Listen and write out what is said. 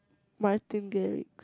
Martin Gary